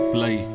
Play